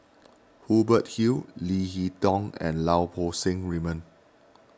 Hubert Hill Leo Hee Tong and Lau Poo Seng Raymond